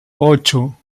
ocho